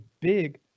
big